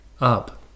up